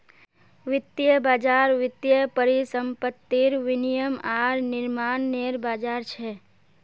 वित्तीय बज़ार वित्तीय परिसंपत्तिर विनियम आर निर्माणनेर बज़ार छ